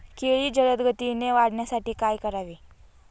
केळी जलदगतीने वाढण्यासाठी काय करावे?